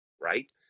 right